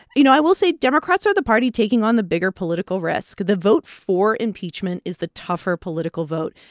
you know, i will say democrats are the party taking on the bigger political risk. the vote for impeachment is the tougher political vote.